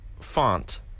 font